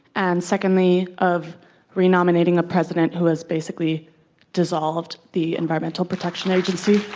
and secondly, of re-nominating a president who has basically dissolved the environmental protection agency?